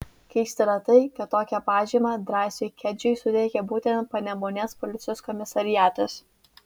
keista yra tai kad tokią pažymą drąsiui kedžiui suteikė būtent panemunės policijos komisariatas